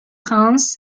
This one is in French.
reims